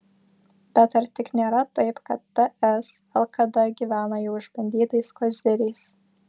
bet ar tik nėra taip kad ts lkd gyvena jau išbandytais koziriais